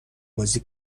بازی